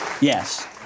Yes